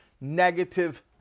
negative